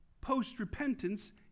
post-repentance